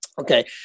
Okay